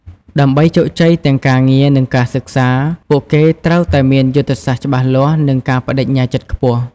ដើម្បីជោគជ័យទាំងការងារ និងការសិក្សា ពួកគេត្រូវតែមានយុទ្ធសាស្ត្រច្បាស់លាស់ និងការប្ដេជ្ញាចិត្តខ្ពស់។